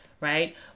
right